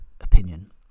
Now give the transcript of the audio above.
opinion